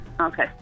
okay